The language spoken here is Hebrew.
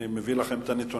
אני מביא לכם את הנתונים,